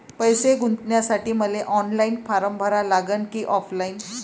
पैसे गुंतन्यासाठी मले ऑनलाईन फारम भरा लागन की ऑफलाईन?